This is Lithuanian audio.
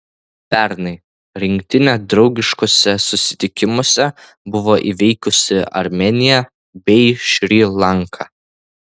pernai rinktinė draugiškuose susitikimuose buvo įveikusi armėniją bei šri lanką